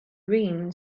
green